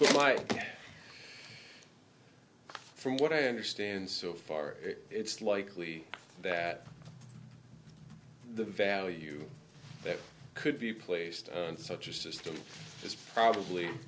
right from what i understand so far it's likely that the value that could be placed on such a system is probably